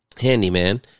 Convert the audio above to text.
handyman